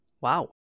Wow